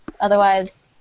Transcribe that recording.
Otherwise